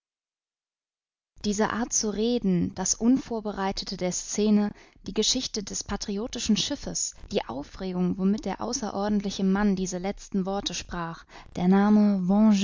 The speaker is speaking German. diese art zu reden das unvorbereitete der scene die geschichte des patriotischen schiffes die aufregung womit der außerordentliche mann diese letzten worte sprach der name